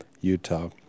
Utah